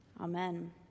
Amen